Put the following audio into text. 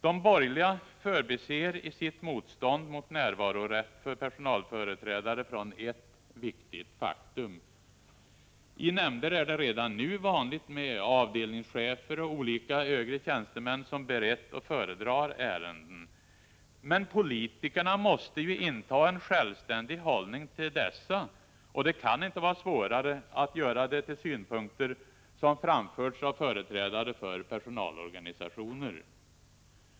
De borgerliga förbiser i sitt motstånd mot närvarorätt för personalföreträdare från ett viktigt faktum. I nämnder är det redan nu vanligt med avdelningschefer och olika högre tjänstemän som berett och föredrar ärenden. Men politikerna måste ju inta en självständig hållning till dessa, och det kan inte vara svårare att göra det till synpunkter som framförts av företrädare för personalorganisationer.